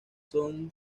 son